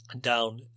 down